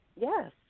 Yes